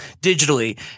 digitally